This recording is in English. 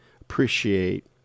appreciate